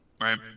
right